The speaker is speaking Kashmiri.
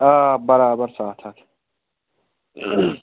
آ آ آ بَرابَر سَتھ ہَتھ